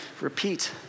repeat